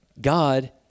God